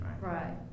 Right